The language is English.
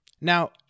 Now